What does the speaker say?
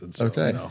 Okay